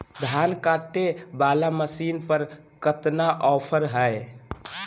धान कटे बाला मसीन पर कतना ऑफर हाय?